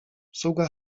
obsługa